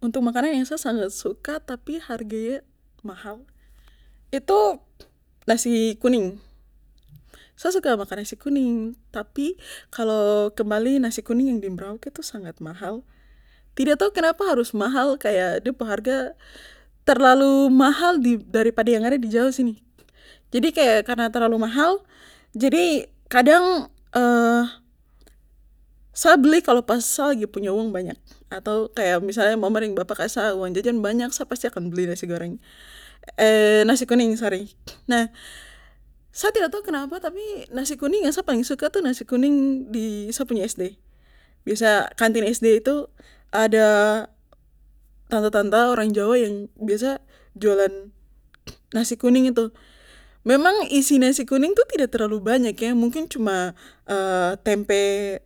Untuk makanan yang sa sangat suka tapi harganya mahal itu nasi kuning, sa suka makan nasi kuning tapi kalo kembali nasi kuning yang di merauke itu sangat mahal tidak tau kenapa harus mahal kaya de pu harga terlalu mahal di daripada ada yang di jawa sini jadi kaya karna terlalu mahal jadi kadang sa beli kalo pas sa lagi punya uang banyak atau kaya misalnya mama deng bapa kasih sa uang jajan banyak sa pasti akan nasi goreng nasi kuning sorry nah sa tidak tau kenapa tapi nasi kuning yang paling sa suka itu nasi kuning di sa punya SD bisa kantin SD itu ada tanta tanta orang jawa yang biasa jualan nasi kuning itu memang isi nasi kuning itu tidak terlalu banyak yah mungkin cuma tempe